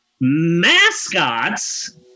mascots